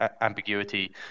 ambiguity